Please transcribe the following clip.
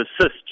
assist